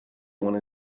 one